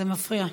זה מפריע.